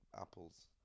apples